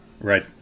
right